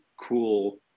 cool